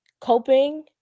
coping